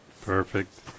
Perfect